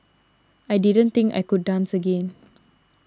I didn't think I could dance again